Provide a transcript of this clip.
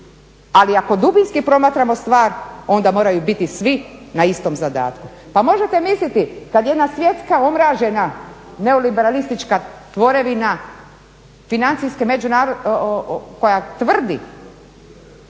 ali ako dubinski promatramo stvar onda moraju biti svi na istom zadatku. Pa možete misliti kad jedna svjetska umražena neoliberalistička tvorevina financijske koja tvrdi